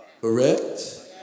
Correct